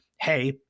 hey